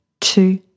two